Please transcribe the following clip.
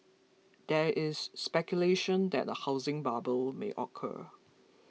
there is speculation that a housing bubble may occur